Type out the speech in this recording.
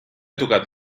tocat